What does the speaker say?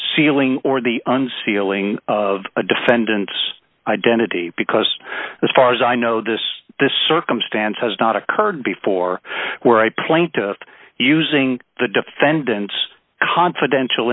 ceiling or the unsealing of a defendant's identity because as far as i know this this circumstance has not occurred before where i plaintiff using the defendant's confidential